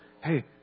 hey